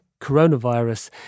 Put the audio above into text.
coronavirus